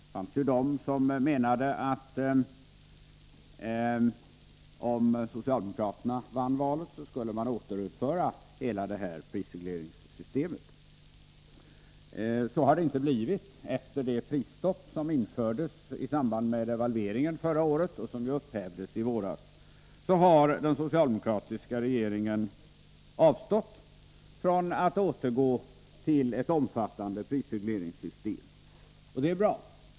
Det fanns en del som menade att socialdemokraterna — om de vann valet — skulle återinföra hela prisregleringssystemet. Så har det inte blivit. Efter det prisstopp som infördes i samband med devalveringen förra året och som upphävdes i våras har den socialdemokratiska regeringen avstått från att återgå till ett omfattande prisregleringssystem, och det är bra.